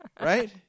right